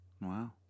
Wow